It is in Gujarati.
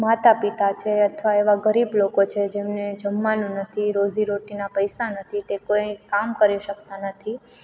માતાપિતા છે અથવા એવા ગરીબ લોકો છે જેમને જમવાનું નથી રોજીરોટીનાં પૈસા નથી તે કોઈ કામ કરી શકતા નથી